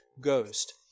Ghost